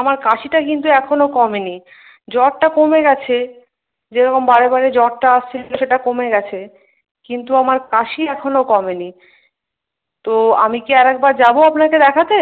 আমার কাশিটা কিন্তু এখনও কমেনি জ্বরটা কমে গেছে যেরকম বারেবারে জ্বরটা আসছিল সেটা কমে গেছে কিন্তু আমার কাশি এখনো কমেনি তো আমি কি আর একবার যাবো আপনাকে দেখাতে